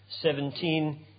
17